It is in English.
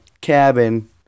cabin